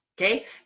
okay